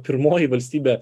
pirmoji valstybė